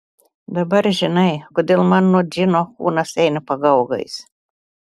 dabar žinai kodėl man nuo džino kūnas eina pagaugais